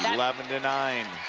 yeah eleven and nine.